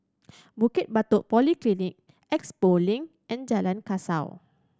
Bukit Batok Polyclinic Expo Link and Jalan Kasau